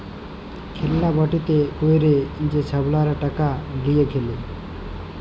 খেল্লা বাটিতে ক্যইরে যে ছাবালরা টাকা লিঁয়ে খেলে